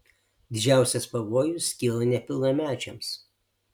didžiausias pavojus kyla nepilnamečiams